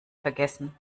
vergessen